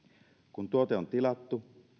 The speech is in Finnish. kun tuote on tilattu